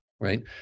right